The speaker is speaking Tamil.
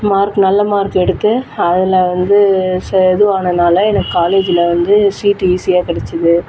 மார்க் நல்ல மார்க் எடுத்து அதில் வந்து இதுவானதுனால எனக்கு காலேஜில் வந்து சீட் ஈசியாக கிடைச்சுது